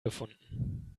gefunden